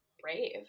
brave